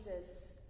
Jesus